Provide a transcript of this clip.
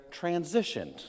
transitioned